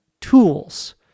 tools